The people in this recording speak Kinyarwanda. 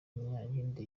munyandinda